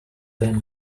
then